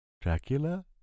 Dracula